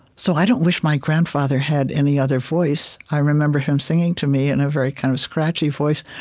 so i don't wish my grandfather had any other voice. i remember him singing to me in a very kind of scratchy voice.